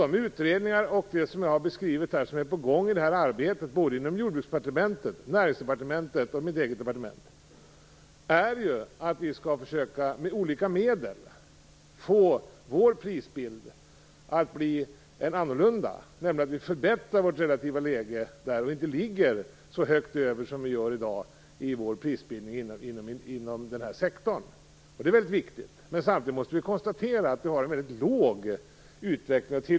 De utredningar och annat som jag beskrivit och som är på gång i det här arbetet inom Jordbruksdepartementet, Näringsdepartementet och mitt eget departement handlar om att vi med olika medel skall försöka få en annan prisbild, så att vi förbättrar vårt relativa läge och inte ligger så högt över som vi i dag gör när det gäller prisbildningen inom nämnda sektor. Detta är väldigt viktigt. Samtidigt måste vi konstatera att vi har en väldigt låg utvecklingstakt här.